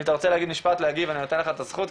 אם אתה רוצה להגיד משפט להגיב אני נותן לך את הזכות.